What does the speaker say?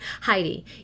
Heidi